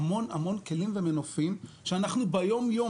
יש לנו המון כלים ומנופים שאנחנו ביום-יום